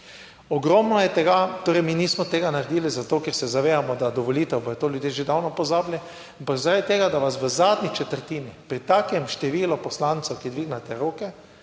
Ogromno je tega. Torej, mi nismo tega naredili zato, ker se zavedamo, da do volitev bodo to ljudje že davno pozabili, ampak zaradi tega, da vas v zadnji četrtini pri takem številu poslancev, ki dvignete roke,